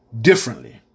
differently